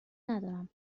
ندارم